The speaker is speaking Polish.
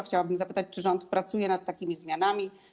Chciałabym zapytać, czy rząd pracuje nad takimi zmianami.